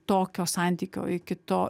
tokio santykio iki to